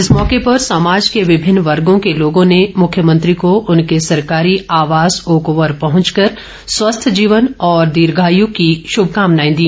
इस मौके पर समाज के विभिन्न वर्गों के लोगों ने मुख्यमंत्री को उनके सरकारी आवास ओकओवर पहुंचकर स्वस्थ जीवन और दीर्घाय की श्भकामनाए दी